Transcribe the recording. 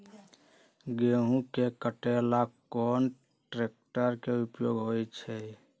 गेंहू के कटे ला कोंन ट्रेक्टर के उपयोग होइ छई?